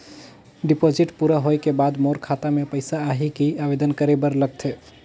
Deposit पूरा होय के बाद मोर खाता मे पइसा आही कि आवेदन करे बर लगथे?